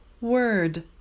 word